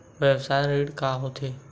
व्यवसाय ऋण का होथे?